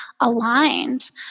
aligned